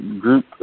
group